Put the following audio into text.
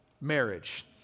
marriage